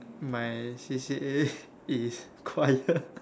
my C_C_A is choir